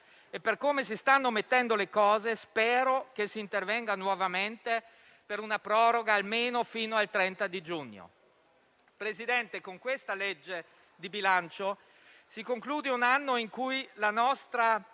Per come si stanno mettendo le cose, spero che si intervenga nuovamente per una proroga almeno fino al 30 giugno. Signor Presidente, con questa legge di bilancio si conclude un anno in cui la nostra